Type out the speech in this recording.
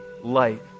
light